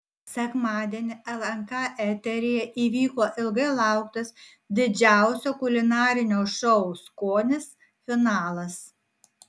sekmadienį lnk eteryje įvyko ilgai lauktas didžiausio kulinarinio šou skonis finalas